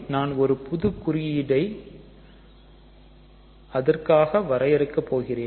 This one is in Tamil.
நான் ஒரு புது குறியீட்டை அதற்காக வரையறுக்கப் போகிறேன்